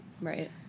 right